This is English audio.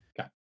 Okay